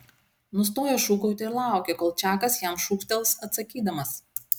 nustojo šūkauti ir laukė kol čakas jam šūktels atsakydamas